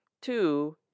Two